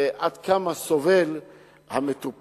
עד כמה סובל המטופל